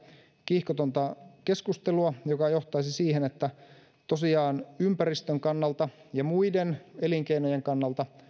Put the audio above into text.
kiihkotonta keskustelua joka johtaisi siihen että ympäristön kannalta ja muiden elinkeinojen kannalta